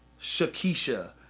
Shakisha